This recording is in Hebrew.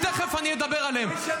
ותכף אני אדבר עליהם.